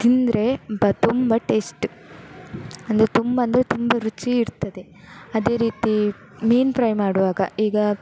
ತಿಂದರೆ ಬ ತುಂಬ ಟೇಸ್ಟ ಅಂದರೆ ತುಂಬ ಅಂದರೆ ತುಂಬ ರುಚಿ ಇರ್ತದೆ ಅದೇ ರೀತಿ ಮೀನು ಫ್ರೈ ಮಾಡುವಾಗ ಈಗ